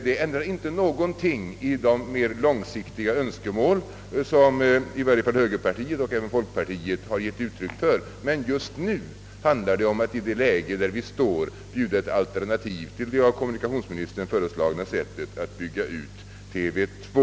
Detta ändrar inte någonting i de mer långsiktiga önskemål, som i varje fall högerpartiet och även folkpartiet givit uttryck för, men just nu handlar det om att i det läge där vi står bjuda ett alternativ till det av kommunikationsministern föreslagna sättet att bygga ut TV 2.